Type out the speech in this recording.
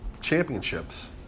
championships